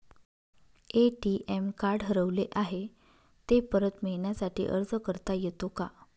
ATM card हरवले आहे, ते परत मिळण्यासाठी अर्ज करता येतो का?